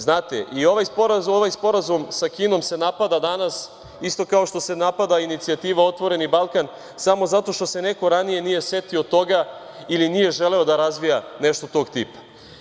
Znate, i ovaj Sporazum sa Kinom se napada danas isto kao što se napada inicijativa „Otvoreni Balkan“, samo zato što se neko ranije nije setio toga ili nije želeo da razvija nešto tog tipa.